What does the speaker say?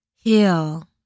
Heal